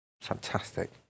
fantastic